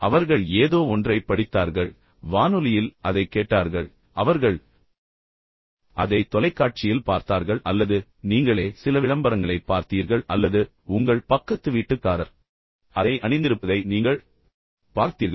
அவர்கள் ஏதோ ஒன்றைப் படித்தார்கள் ஒரு விளம்பரத்தைப் பார்த்தார்கள் வானொலியில் அதைக் கேட்டார்கள் அவர்கள் அதை தொலைக்காட்சியில் பார்த்தார்கள் அல்லது நீங்களே சில விளம்பரங்களைப் பார்த்தீர்கள் அல்லது உங்கள் பக்கத்து வீட்டுக்காரர் அதை அணிந்திருப்பதை நீங்கள் பார்த்தீர்கள்